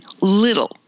little